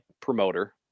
promoter